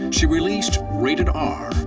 and she released rated r,